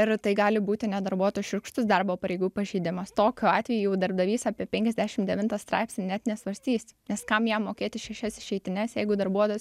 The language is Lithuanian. ir tai gali būti ne darbuotojo šiurkštus darbo pareigų pažeidimas tokiu atveju jau darbdavys apie penkiasdešim devintą straipsnį net nesvarstys nes kam jam mokėti šešias išeitines jeigu darbuotojas